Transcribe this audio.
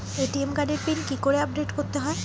ATM কার্ডের pin কি করে আপডেট করতে হয়?